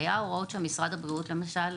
היו הוראות של משרד הבריאות, למשל,